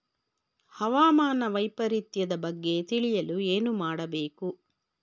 ಹವಾಮಾನ ವೈಪರಿತ್ಯದ ಬಗ್ಗೆ ತಿಳಿಯಲು ಏನು ಮಾಡಬೇಕು?